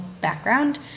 background